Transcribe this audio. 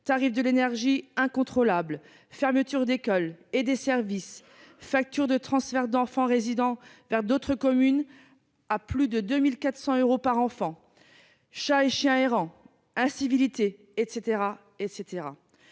tarifs de l'énergie incontrôlables ; fermeture d'écoles et de services ; factures de transfert d'enfants résidents vers d'autres communes à plus de 2 400 euros par enfant ; chats et chiens errants ; incivilités, etc.